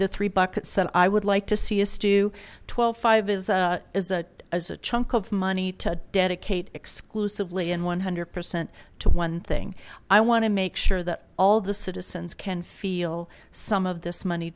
the three buckets and i would like to see is to twelve five is is that as a chunk of money to dedicate exclusively and one hundred percent to one thing i want to make sure that all the citizens can feel some of this money